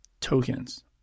Tokens